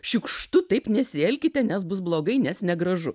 šiukštu taip nesielkite nes bus blogai nes negražu